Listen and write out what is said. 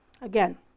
Again